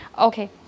Okay